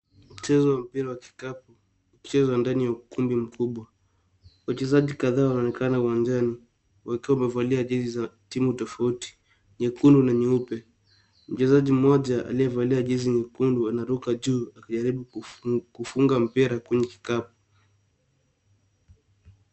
Mchezo wa mpira wa kikapu ukichezwa ndani ya ukumbi mkubwa. Wachezaji kadhaa wanaonekana uwanjani wakiwa wamevalia jezi za timu tofauti, nyekundu na nyeupe. Mchezaji mmoja aliyevalia jezi nyekundu anaruka juu akijaribu kufunga mpira kwenye kikapu.